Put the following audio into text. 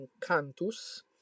Cantus